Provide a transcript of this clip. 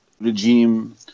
regime